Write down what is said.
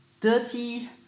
dirty